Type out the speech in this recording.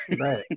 right